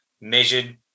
measured